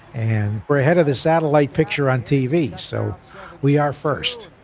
and we're ahead of the satellite picture on tv, so we are first.